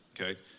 okay